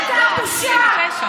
את מייצגת פמיניזם,